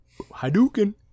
Hadouken